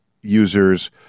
users